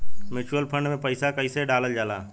Mutual fund मे पईसा कइसे डालल जाला?